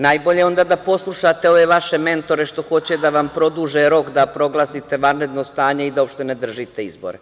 Najbolje onda da poslušate ove vaše mentore što hoće da vam produže rok da proglasite vanredno stanje i uopšte ne držite izbore.